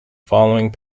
following